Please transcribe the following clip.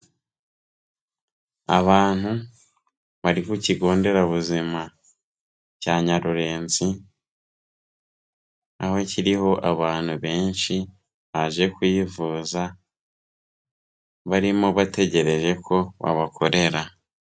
Abantu bari ku kigo nderabuzima cya Nyarurenzi, aho kiriho abantu benshi baje kwivuza, barimo bategereje ko babakorera.